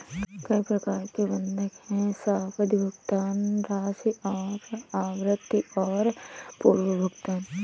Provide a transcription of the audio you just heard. कई प्रकार के बंधक हैं, सावधि, भुगतान राशि और आवृत्ति और पूर्व भुगतान